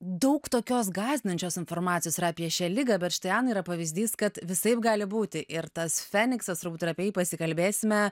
daug tokios gąsdinančios informacijos yra apie šią ligą bet štai ana yra pavyzdys kad visaip gali būti ir tas feniksas turbūt ir apie jį pasikalbėsime